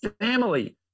family